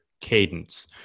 cadence